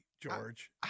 George